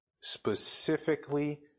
specifically